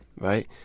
right